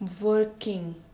working